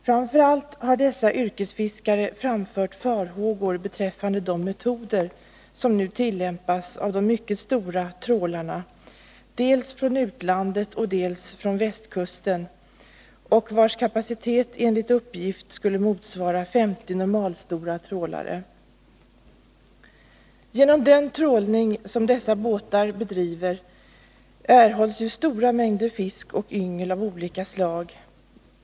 Framför allt har dessa yrkesfiskare framfört farhågor beträffande de metoder som nu tillämpas av de mycket stora trålarna, dels från utlandet, dels från västkusten, och vilkas kapacitet enligt uppgift skulle motsvara 50 normalstora trålare. Genom den trålning som bedrivs från dessa båtar erhålls ju stora mängder fisk och yngel av olika slag.